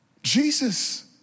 Jesus